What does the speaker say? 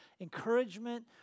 encouragement